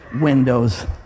Windows